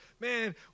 Man